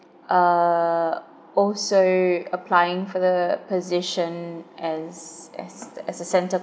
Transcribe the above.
uh also applying for the position as as as a centre